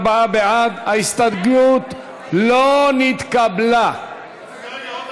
זנדברג, ושל קבוצת סיעת